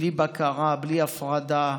בלי בקרה, בלי הפרדה,